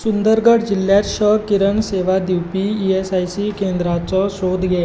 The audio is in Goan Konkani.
सुंदरगड जिल्ल्यांत श किरण सेवा दिवपी ई एस आय सी केंद्रांचो सोद घे